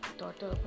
daughter